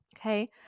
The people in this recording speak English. Okay